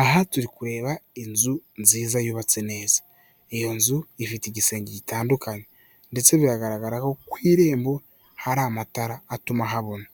Aha turi kureba inzu nziza yubatse neza, iyo nzu ifite igisenge gitandukanye ndetse biragaragara ko ku irembo hari amatara atuma habona,